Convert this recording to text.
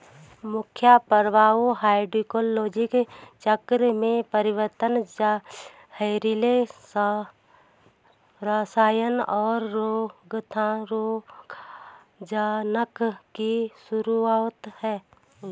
मुख्य प्रभाव हाइड्रोलॉजिकल चक्र में परिवर्तन, जहरीले रसायनों, और रोगजनकों की शुरूआत हैं